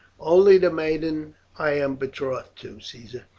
only the maiden i am betrothed to, caesar.